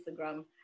Instagram